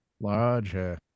Larger